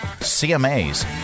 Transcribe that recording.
CMA's